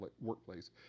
workplace